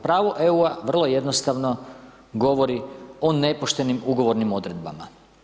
Pravo EU-a vrlo jednostavno govori o nepoštenim ugovornim odredbama.